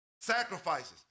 Sacrifices